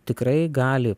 tikrai gali